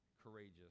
courageous